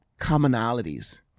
commonalities